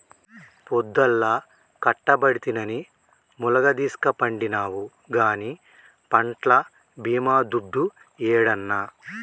పొద్దల్లా కట్టబడితినని ములగదీస్కపండినావు గానీ పంట్ల బీమా దుడ్డు యేడన్నా